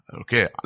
Okay